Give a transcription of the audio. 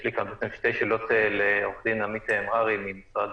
יש לי שתי שאלות לעורכת-הדין עמית מררי ממשרד